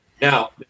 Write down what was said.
Now